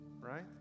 Right